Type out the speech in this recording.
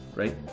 right